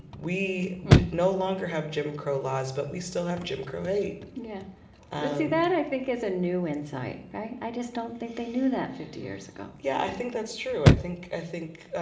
we no longer have jim crow laws, but we still have jim crow hate yeah. but see, that, i think, is a new insight. right? i just don't think they knew that fifty years ago yeah, i think that's true. i think i think